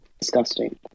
disgusting